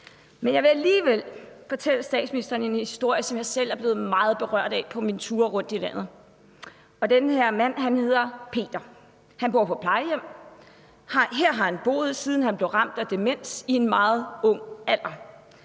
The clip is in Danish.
Men jeg vil alligevel fortælle statsministeren en historie, som jeg selv er blevet meget berørt af på mine ture rundt i landet. Der er den her mand, der hedder Peter. Han bor på plejehjem, og her har han boet, siden han blev ramt af demens i en meget ung alder.